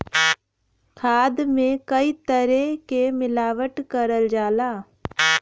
खाद में कई तरे क मिलावट करल जाला